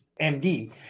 MD